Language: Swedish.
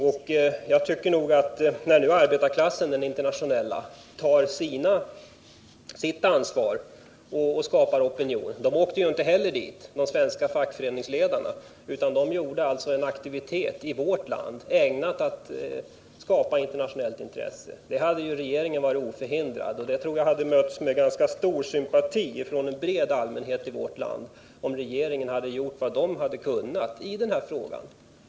När nu den internationella arbetarklassen tar sitt ansvar och skapar opinion — inte heller de svenska fackföreningsledarna åkte till Guatemala, utan de nöjde sig med att i vårt land agera för att skapa internationellt intresse — hade också regeringen varit oförhindrad att göra det. Jag tror att om regeringen hade gjort vad den kunde i den här frågan, så skulle den ha mötts med ganska stor sympati från en bred allmänhet i vårt land.